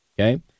okay